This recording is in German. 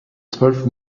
zwölf